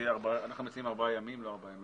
אנחנו מציעים ארבעה ימים וארבעה ימי